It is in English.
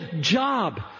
job